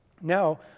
Now